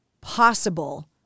possible